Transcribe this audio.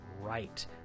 right